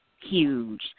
huge